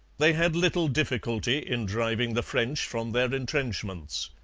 they had little difficulty in driving the french from their entrenchments.